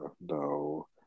No